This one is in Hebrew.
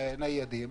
לניידים.